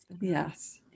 Yes